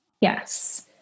Yes